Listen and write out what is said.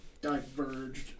diverged